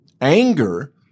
anger